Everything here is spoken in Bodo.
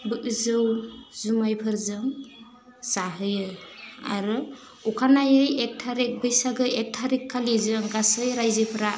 जौ जुमायफोरजों जाहोयो आरो अखानायै एक थारिग बैसागो एक थारिग खालि जों गासै राज्योफोरा